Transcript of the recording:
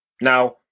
Now